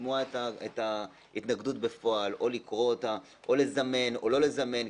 לשמוע את ההתנגדות בפועל או לקרוא אותה או לזמן או לא לזמן.